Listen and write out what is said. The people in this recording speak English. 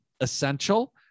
essential